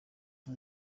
nta